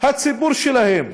הציבור שלהם,